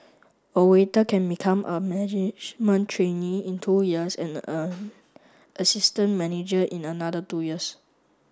a waiter can become a management trainee in two years and an assistant manager in another two years